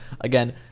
Again